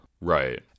Right